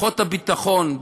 כוחות הביטחון,